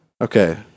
Okay